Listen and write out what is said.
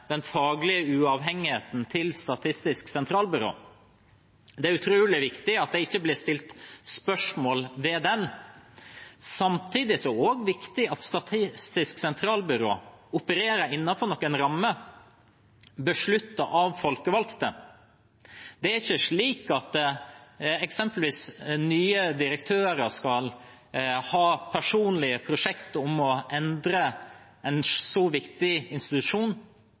den faglige uavhengigheten til Statistisk sentralbyrå. Det er utrolig viktig at det ikke blir stilt spørsmål ved den. Samtidig er det også viktig at Statistisk sentralbyrå opererer innenfor noen rammer besluttet av folkevalgte. Det er ikke slik at eksempelvis nye direktører skal ha personlige prosjekter om å endre en så viktig institusjon.